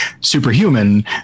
superhuman